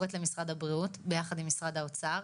קוראת למשרד הבריאות ביחד עם משרד האוצר